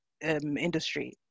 industry